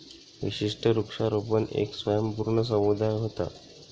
विशिष्ट वृक्षारोपण येक स्वयंपूर्ण समुदाय व्हता